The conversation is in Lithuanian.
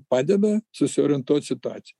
padeda susiorientuot situacijoj